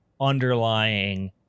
underlying